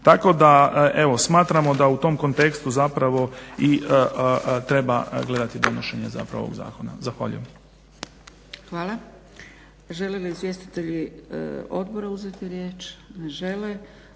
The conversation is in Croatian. Tako da evo smatramo da u tom kontekstu zapravo i treba gledati donošenje zapravo ovog zakona. Zahvaljujem. **Zgrebec, Dragica (SDP)** Hvala. Žele li izvjestitelji odbora uzeti riječ? Ne žele.